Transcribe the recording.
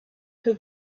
who